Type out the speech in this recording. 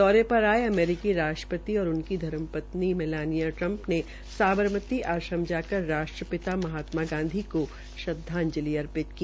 दौरे पर आये अमेरिकी राष्ट्रपति और उनकी धर्मपत्नी मेलानिया ट्रम्प ने साबरमती आश्रम जाकर राष्ट्रपिता महात्मा गांधी को श्रद्वांजलि अर्पित की